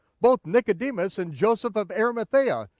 both nicodemus and joseph of arimathea,